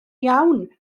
iawn